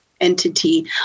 entity